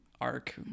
arc